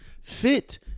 Fit